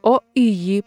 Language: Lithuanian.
o į jį